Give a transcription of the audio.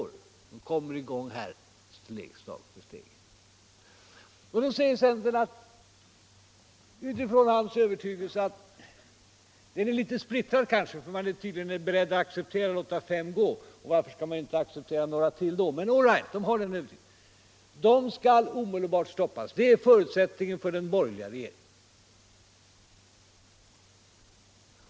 Den här kärnkraftsproduktionen kommer i gång steg för steg. Nu säger centern att utifrån partiets övertygelse — den är kanske något splittrad; man är beredd att acceptera tanken på att låta fem kärnkraftverk gå, och varför skulle man inte då kunna acceptera några till — måste emellertid kärnkraftsutbyggnaden omedelbart stoppas. Det är förutsättningen för en borgerlig regering.